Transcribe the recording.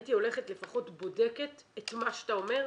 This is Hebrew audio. הייתי בודקת את מה שאתה אומר.